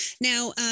Now